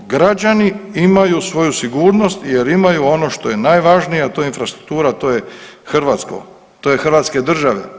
Građani imaju svoju sigurnost jer imaju ono što je najvažnije, a to je infrastruktura, to je hrvatsko, to je Hrvatske države.